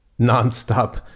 nonstop